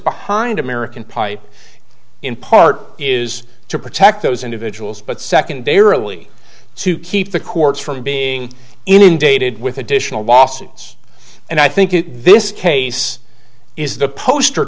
behind american pipe in part is to protect those individuals but secondarily to keep the courts from being inundated with additional lawsuits and i think it this case is the poster